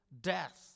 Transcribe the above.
death